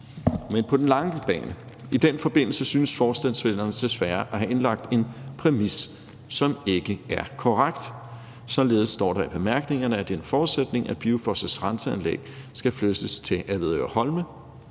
på den lange bane. I den forbindelse synes forslagsstillerne desværre at have indlagt en præmis, som ikke er korrekt. Således står der i bemærkningerne, at det er en forudsætning, at BIOFOS' renseanlæg skal flyttes til Avedøre Holme.